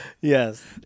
Yes